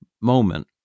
moment